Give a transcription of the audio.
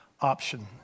option